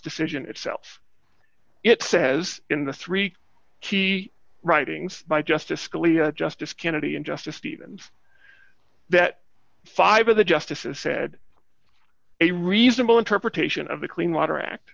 decision itself it says in the three key writings by justice scalia justice kennedy and justice stevens that five of the justices said a reasonable interpretation of the clean water act